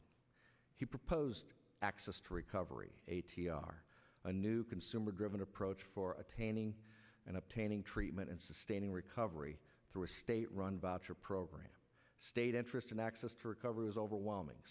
it he proposed access to recovery a t r a new consumer driven approach for attaining and obtaining treatment and sustaining recovery through a state run voucher program state interest in access to recovery is overwhelming